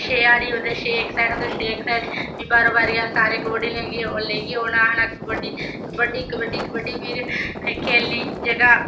छे हानी होंदे छे इक साईड ते छे इक साईड बी बारो बारियै सारे कबड्डी लग्गे लाना कबड्डी कबड्डी कबड्डी फ्ही खेल्लनी जेह्का